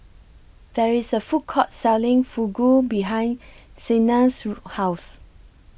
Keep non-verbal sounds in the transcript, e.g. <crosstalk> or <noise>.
There IS A Food Court Selling Fugu behind Sienna's <noise> House